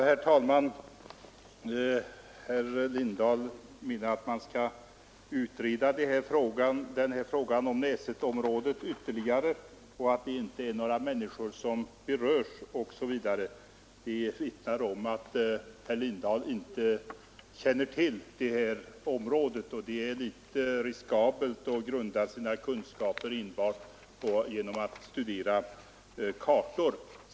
Herr talman! Herr Lindahl menar att man skall utreda frågan om Näsetområdet ytterligare, så att inga människor kommer att beröras av beslutet. Det vittnar om att herr Lindahl inte känner till området — det är litet riskabelt att grunda sina kunskaper enbart på studiet av kartor.